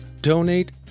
donate